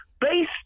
based